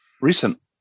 recent